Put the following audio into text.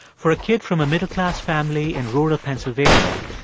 for a kid from a middle-class family in rural pennsylvania,